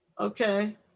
Okay